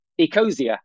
Ecosia